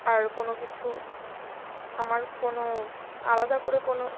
আর কোনও কিছু আমার কোনও আলাদা করে কোনও